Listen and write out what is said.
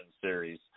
series